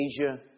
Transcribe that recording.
Asia